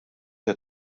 qed